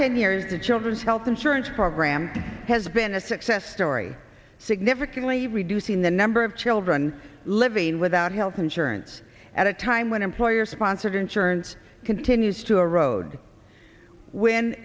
ten years the children's health insurance program has been a success story significantly reducing the number of children living without health insurance at a time when employer sponsored insurance continues to erode when